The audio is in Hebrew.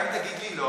גם אם תגיד לי לא,